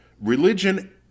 religion